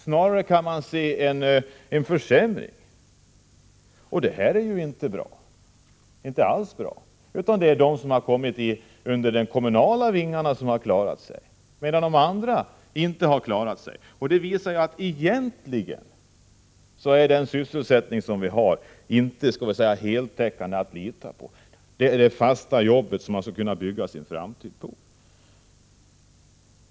Snarare kan man se en försämring. Detta är naturligtvis inte alls bra, Det är de som har kommit under de kommunala vingarna som har klarat sig, medan de andra inte har klarat sig. Det visar att den sysselsättning som vi har inte är heltäckande eller att lita på — den ger inte det fasta jobb som man skall kunna bygga sin framtid på.